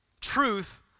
Truth